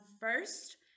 first